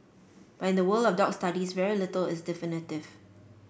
but in the world of dog studies very little is definitive